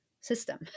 system